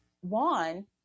one